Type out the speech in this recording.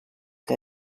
que